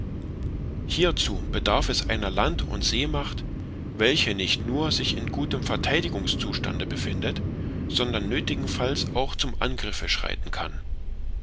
hierzu bedarf es einer land und seemacht welche nicht nur sich in gutem vertheidigungszustande befindet sondern nöthigenfalls auch zum angriffe schreiten kann